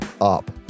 up